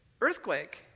earthquake